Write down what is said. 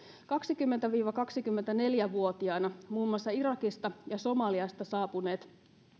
kaksikymmentä viiva kaksikymmentäneljä vuotiaina muun muassa irakista ja somaliasta saapuneiden